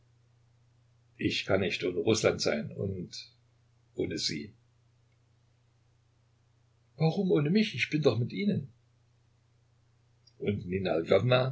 ich kann nicht ohne rußland sein und ohne sie warum ohne mich ich bin doch mit ihnen und